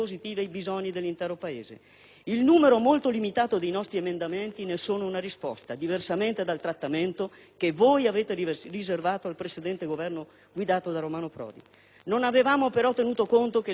Il numero molto limitato dei nostri emendamenti lo dimostra, diversamente dal trattamento che voi avete riservato al precedente Governo guidato da Romano Prodi. Non avevamo però tenuto conto che il vostro Governo e la vostra maggioranza